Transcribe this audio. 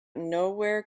nowhere